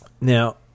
Now